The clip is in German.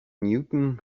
newton